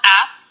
app